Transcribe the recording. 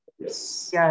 Yes